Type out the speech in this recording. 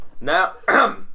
Now